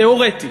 התיאורטי,